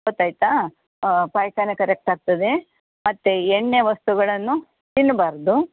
ಗೊತ್ತಾಯಿತಾ ಪೈಕಾನೆ ಕರೆಕ್ಟ್ ಆಗ್ತದೆ ಮತ್ತು ಎಣ್ಣೆ ವಸ್ತುಗಳನ್ನು ತಿನ್ನಬಾರ್ದು